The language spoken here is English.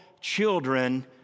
children